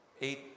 eight